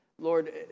Lord